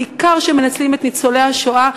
בעיקר אלה שמנצלים את ניצולי השואה,